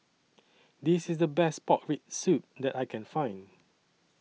This IS The Best Pork Rib Soup that I Can Find